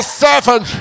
seven